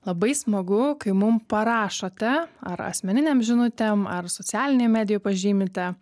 labai smagu kai mum parašote ar asmeninėm žinutėm ar socialinėj medijoj pažymite